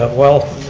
ah well,